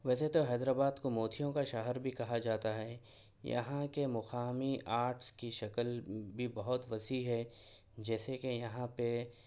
ویسے تو حیدرآباد کو موتیوں کا شہر بھی کہا جاتا ہے یہاں کے مقامی آرٹس کی شکل بھی بہت وسیع ہے جیسے کہ یہاں پہ